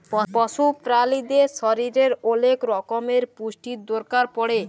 পশু প্রালিদের শরীরের ওলেক রক্যমের পুষ্টির দরকার পড়ে